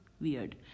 weird